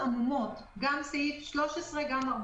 סעיף 38.